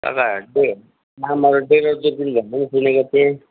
कता डे नामहरू डेलो दुर्पिन भनेको सुनेको थिएँ